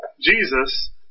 Jesus